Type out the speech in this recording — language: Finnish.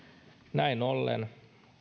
näin ollen